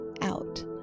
out